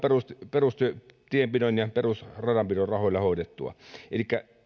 perustienpidon ja perusradanpidon rahoilla hoidettua elikkä